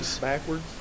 backwards